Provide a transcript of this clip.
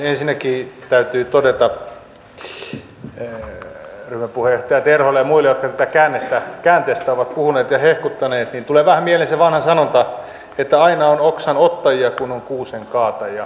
ensinnäkin täytyy todeta ryhmäpuheenjohtaja terholle ja muille jotka tästä käänteestä ovat puhuneet ja hehkuttaneet niin tulee vähän mieleen se vanha sanonta että aina on oksan ottajia kun on kuusen kaatajia